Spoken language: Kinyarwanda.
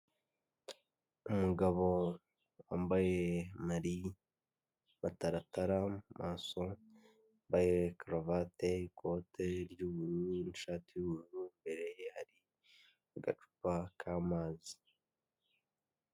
Umugabo wambaye amataratara ku maso wambaye karuvate ikote ry'ubururu, n'ishati y'ubururu imbere ari agacupa k'amazi.